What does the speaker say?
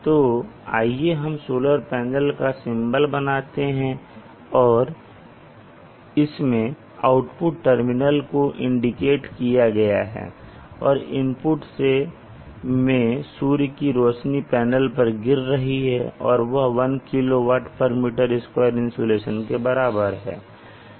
तो आइए हम सोलर पैनल का सिंबल बनाते हैं और इसमें आउटपुट टर्मिनल को इंडिकेट किया गया है और इनपुट में सूर्य की रोशनी पैनल पर गिर रही है और वह 1 kWm2 इन्सोलशन के बराबर है